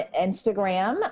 instagram